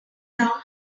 down